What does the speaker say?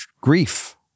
grief